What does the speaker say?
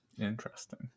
Interesting